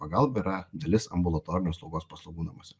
pagalba yra dalis ambulatorinės slaugos paslaugų namuose